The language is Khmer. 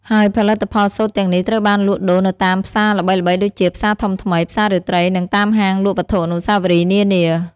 ហើយផលិតផលសូត្រទាំងនេះត្រូវបានលក់ដូរនៅតាមផ្សារល្បីៗដូចជា ផ្សារធំថ្មី ផ្សាររាត្រី និងតាមហាងលក់វត្ថុអនុស្សាវរីយ៍នានា។